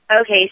Okay